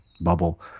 Bubble